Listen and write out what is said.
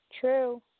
True